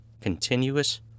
continuous